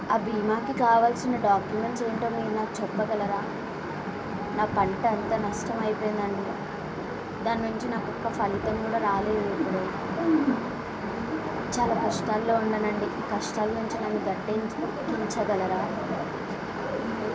బీమాకి కావాల్సిన డాక్యుమెంట్స్ ఏంటో మీరు నాకు చెప్పగలరా నా పంట అంత నష్టం అయిపోయింది అండి దాని నుంచి నాకు ఒక్క ఫలితం కూడా రాలేదు ఇప్పుడు చాలా కష్టాల్లో ఉన్నాను అండి కష్టాల నుంచి నన్ను గట్టేకించి ఉంచగలరా